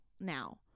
now